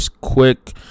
quick